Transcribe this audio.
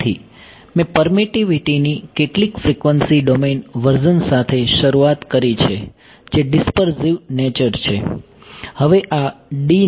તેથી મેં પરમીટીવીટીની કેટલીક ફ્રીક્વન્સી ડોમેન વર્ઝન સાથે શરૂઆત કરી છે જે ડીસ્પર્ઝીવ નેચર છે